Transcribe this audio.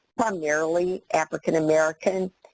primarily african americans.